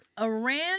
Iran